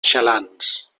xalans